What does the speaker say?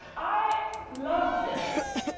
i love this,